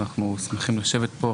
אנחנו שמחים לשבת פה,